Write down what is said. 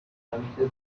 branches